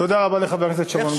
תודה רבה לחבר הכנסת שרון גל.